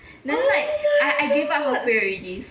oh my god